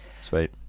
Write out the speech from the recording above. sweet